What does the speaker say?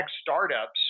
startups